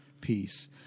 peace